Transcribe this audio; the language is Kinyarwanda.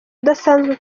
udasanzwe